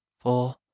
four